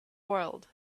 world